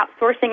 outsourcing